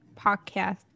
podcast